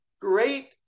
great